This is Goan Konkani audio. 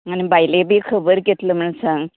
आनी बायले बी खबर घेतलां म्हण सांग